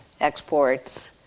exports